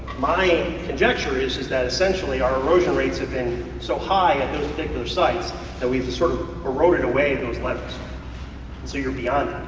my conjecture is is that essentially our erosion rates have been so high at those particular sites that we've sort of eroded away those levees. and so you're beyond